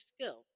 skill